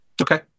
Okay